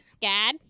SCAD